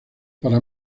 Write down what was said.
para